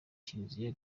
kiliziya